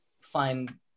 find